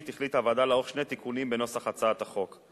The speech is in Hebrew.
החליטה הוועדה לערוך שני תיקונים בנוסח הצעת החוק.